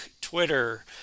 Twitter